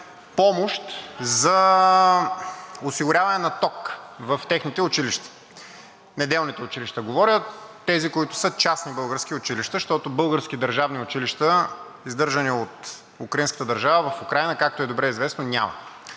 помощ за осигуряване на ток в техните училища. Неделните училища говоря, тези, които са частни български училища, защото български държавни училища, издържани от украинската държава, в Украйна, както е добре известно, няма.